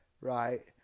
right